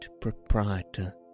proprietor